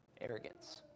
Arrogance